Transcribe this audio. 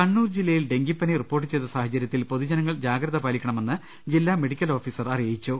കണ്ണൂർ ജില്ലയിൽ ഡെങ്കിപ്പനി റിപ്പോർട്ട് ചെയ്ത സാഹചര്യത്തിൽ പൊതുജനങ്ങൾ ജാഗ്രത പാലിക്കണമെന്ന് ജില്ലാ മെഡിക്കൽ ഓ ഫീസർ അറിയിച്ചു